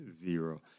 zero